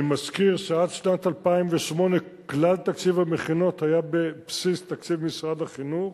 אני מזכיר שעד שנת 2008 כלל תקציב המכינות היה בבסיס תקציב משרד החינוך.